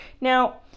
Now